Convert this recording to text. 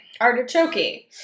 Artichoke